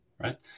right